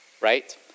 right